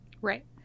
Right